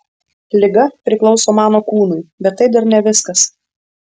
liga priklauso mano kūnui bet tai dar ne viskas